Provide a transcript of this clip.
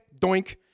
doink